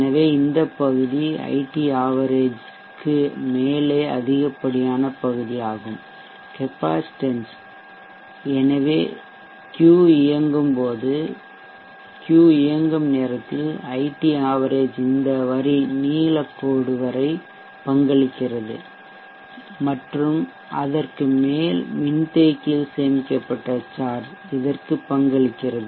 எனவே இந்த பகுதி இது ஐடி ஆவரேஜ்க்கு மேலே அதிகப்படியான பகுதியாகும் கெப்பாசிட்டன்ஸ் எனவே கியூ இயங்கும் போது கியூ இயங்கும் நேரத்தில் ஐடி ஆவரேஜ்சராசரி இந்த வரி நீலக்கோடு வரை பங்களிக்கிறது மற்றும் அதற்கு மேல் மின்தேக்கியில் சேமிக்கப்பட்ட சார்ஜ் இதற்கு பங்களிக்கிறது